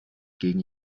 gegen